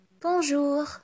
Bonjour